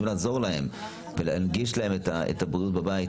לעזור להם ולהנגיש להם את הבריאות בבית,